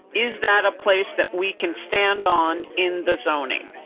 is that a place that we can stand on in the zoning.